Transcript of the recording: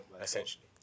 essentially